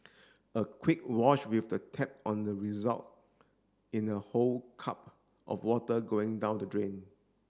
a quick wash with the tap on the result in a whole cup of water going down the drain